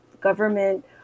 government